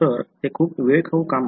तर ते खुप वेळखाऊ काम आहे